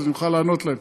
אז אוכל לענות להם.